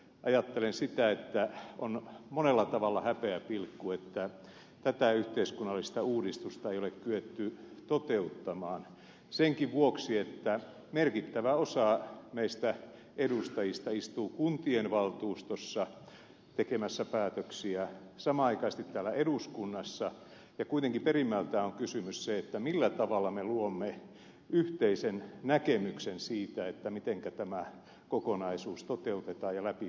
ajattelen sitä että on monella tavalla häpeäpilkku että tätä yhteiskunnallista uudistusta ei ole kyetty toteuttamaan senkin vuoksi että merkittävä osa meistä edustajista istuu kuntien valtuustoissa tekemässä päätöksiä samanaikaisesti täällä eduskunnassa ja kuitenkin perimmältään on kysymys siitä millä tavalla me luomme yhteisen näkemyksen siitä mitenkä tämä kokonaisuus toteutetaan ja läpiviedään